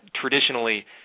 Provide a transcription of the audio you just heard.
traditionally